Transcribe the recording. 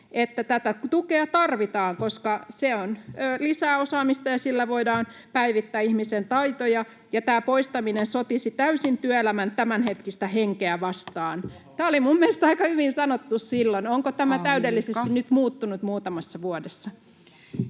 tätä tukea tarvitaan, koska se lisää osaamista ja sillä voidaan päivittää ihmisen taitoja ja tämä poistaminen sotisi täysin työelämän tämänhetkistä henkeä vastaan. Tämä oli mielestäni aika hyvin sanottu silloin. [Puhemies: Aika!] Onko tämä täydellisesti nyt muuttunut muutamassa vuodessa?